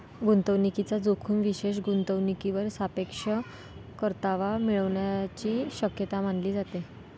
गुंतवणूकीचा जोखीम विशेष गुंतवणूकीवर सापेक्ष परतावा मिळण्याची शक्यता मानली जाते